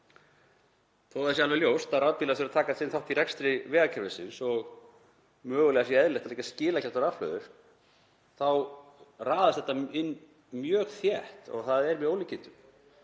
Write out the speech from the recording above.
að það sé alveg ljóst að rafbílar þurfi að taka sinn þátt í rekstri vegakerfisins og mögulega sé eðlilegt að setja skilagjald á rafhlöður þá raðast þetta inn mjög þétt og það er með ólíkindum.